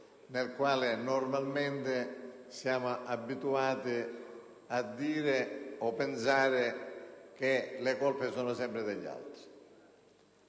sul quale normalmente siamo abituati a dire o pensare che le colpe sono sempre degli altri.